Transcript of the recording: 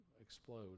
explode